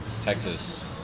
Texas